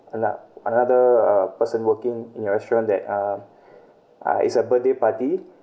ano~ another uh person working in your restaurant that uh uh it's a birthday party